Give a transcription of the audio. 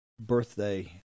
birthday